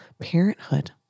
parenthood